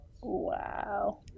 Wow